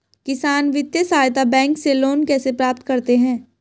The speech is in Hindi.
किसान वित्तीय सहायता बैंक से लोंन कैसे प्राप्त करते हैं?